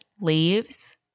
leaves